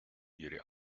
ihre